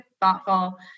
thoughtful